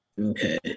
Okay